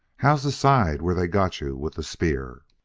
how's the side where they got you with the spear